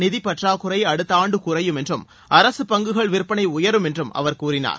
நிதிப்பற்றாக்குறை அடுத்த ஆண்டு குறையும் என்றும் அரசு பங்குகள் விற்பனை உயரும் என்றும் அவர் கூறினார்